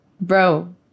Bro